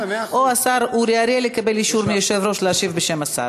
או שהשר אורי אריאל יקבל אישור מהיושב-ראש להשיב בשם השר.